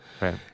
Right